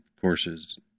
courses